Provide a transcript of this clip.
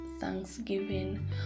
thanksgiving